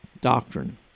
doctrine